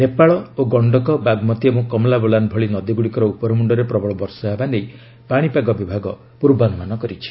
ନେପାଳ ଓ ଗଶ୍ତକ ବାଗମତି ଏବଂ କମଲାବଲାନ ଭଳି ନଦୀଗୁଡ଼ିକର ଉପରମୁଣ୍ଡରେ ପ୍ରବଳ ବର୍ଷା ହେବା ନେଇ ପାଣିପାଗ ବିଭାଗ ପୂର୍ବାନୁମାନ କରିଛି